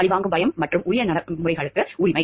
பழிவாங்கும் பயம் மற்றும் உரிய நடைமுறைக்கான உரிமை